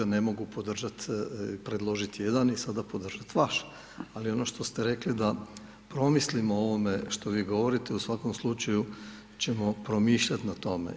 Ne mogu podržat, predložit jedan i sada podržat vaš, ali ono što ste rekli da promislimo o ovome što vi govorite u svakom slučaju ćemo promišljat na tome.